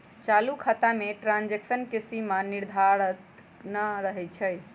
चालू खता में ट्रांजैक्शन के सीमा निर्धारित न रहै छइ